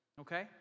okay